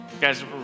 Guys